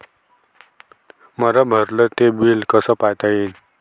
मले भरल ते बिल कस पायता येईन?